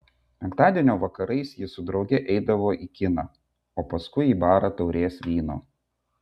penktadienio vakarais ji su drauge eidavo į kiną o paskui į barą taurės vyno